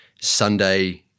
Sunday